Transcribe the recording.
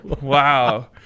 wow